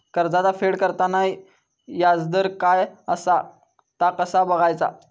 कर्जाचा फेड करताना याजदर काय असा ता कसा बगायचा?